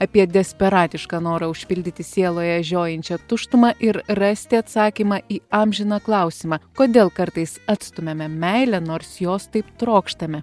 apie desperatišką norą užpildyti sieloje žiojinčią tuštumą ir rasti atsakymą į amžiną klausimą kodėl kartais atstumiame meilę nors jos taip trokštame